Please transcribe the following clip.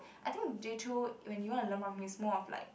I think Jay-Chou when you want to learn more of his like